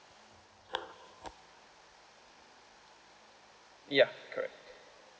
ya correct